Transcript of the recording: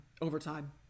overtime